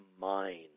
mind